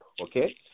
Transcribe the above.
okay